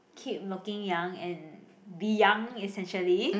keep looking young and be young essentially